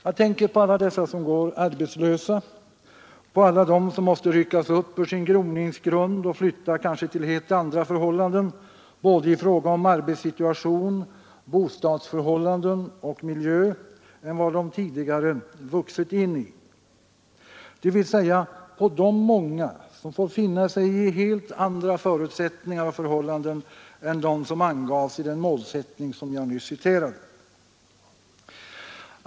Jag tänker på alla dessa som går arbetslösa, på alla dem som måste ryckas upp ur sin groningsgrund och flytta kanske till helt andra förhållanden i fråga om både arbetssituation, bostad och miljö än vad de tidigare vuxit in i, dvs. på de många som får finna sig i helt andra förutsättningar och förhållanden än dem som angavs i den målsättning jag nyss citerade.